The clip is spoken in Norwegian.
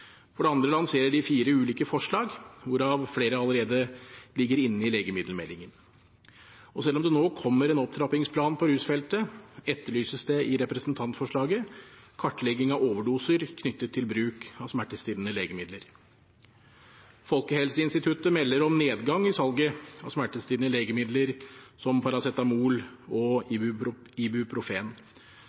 For det andre lanserer de fire ulike forslag, hvorav flere allerede ligger inne i legemiddelmeldingen. Og selv om det nå kommer en opptrappingsplan på rusfeltet, etterlyses det i representantforslaget kartlegging av overdoser knyttet til bruk av smertestillende legemidler. Folkehelseinstituttet melder om nedgang i salget av smertestillende legemidler som paracetamol og ibuprofen, mens Senterpartiet lager en tiltaksplan for økninger som